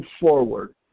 forward